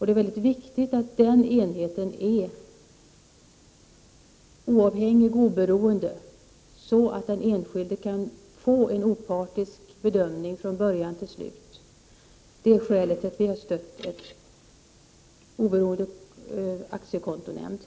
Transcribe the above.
Det är mycket viktigt att den enheten är oavhängig och oberoende, så att den enskilde kan få en opartisk bedömning från början till slut. Det är skälet till att vi har stött en oberoende aktiekontonämnd.